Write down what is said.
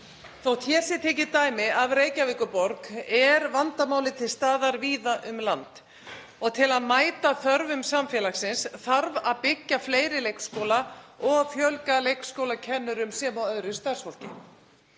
Þótt hér sé tekið dæmi af Reykjavíkurborg er vandamálið til staðar víða um land og til að mæta þörfum samfélagsins þarf að byggja fleiri leikskóla og fjölga leikskólakennurum sem og öðru starfsfólki.